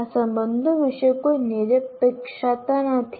આ સંબંધો વિશે કોઈ નિરપેક્ષતા નથી